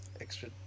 extra